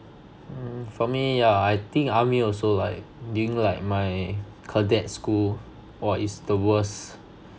mm for me ya I think army also so like during like my cadet school !wah! it's the worst